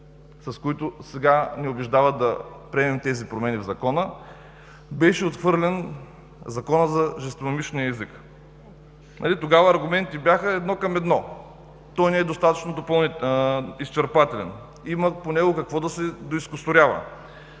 с които сега ни убеждават да приемем промените в Закона, беше отхвърлен Законът за жестомимичния език. Тогава аргументите бяха едно към едно: не е достатъчно изчерпателен, има какво да се доизкусурява,